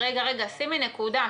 המענקים, רוית, רגע, שימי נקודה.